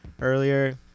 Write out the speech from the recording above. earlier